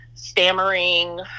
stammering